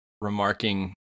remarking